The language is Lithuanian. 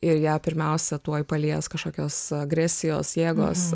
ir ją pirmiausia tuoj palies kažkokios agresijos jėgos